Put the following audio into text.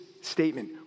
statement